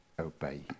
Obey